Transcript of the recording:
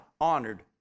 honored